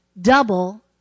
Double